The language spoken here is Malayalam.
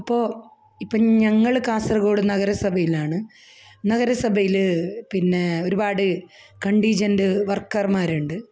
അപ്പോള് ഇപ്പോള് ഞങ്ങള് കാസർഗോഡ് നഗരസഭയിലാണ് നഗരസഭയില് പിന്നേ ഒരുപാട് കണ്ടിജൻ്റെ് വർക്കർമാരുണ്ട്